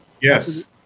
Yes